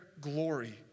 glory